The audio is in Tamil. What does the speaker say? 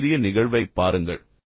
இந்த சிறிய நிகழ்வைப் பாருங்கள்